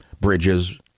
bridges